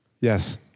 Yes